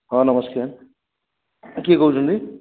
ହଁ ନମସ୍କାର କିଏ କହୁଛନ୍ତି